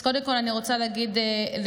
אז קודם כול אני רוצה להגיד לצביקה,